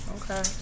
Okay